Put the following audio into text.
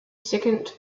second